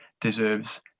deserves